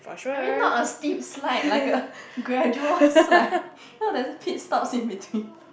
I mean not a steep slide like a gradual slide no there's this pit stops in between